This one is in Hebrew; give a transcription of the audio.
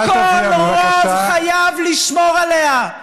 שכל רוב חייב לשמור עליה.